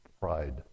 pride